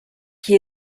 qui